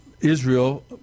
Israel